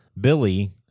Billy